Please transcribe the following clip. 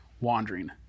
wandering